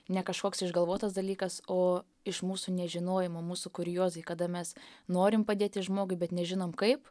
ne kažkoks išgalvotas dalykas o iš mūsų nežinojimo mūsų kuriozai kada mes norim padėti žmogui bet nežinom kaip